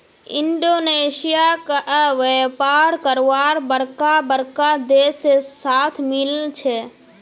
Indonesia क व्यापार करवार बरका बरका देश से साथ मिल छे